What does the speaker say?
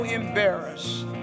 embarrassed